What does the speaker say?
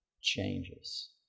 changes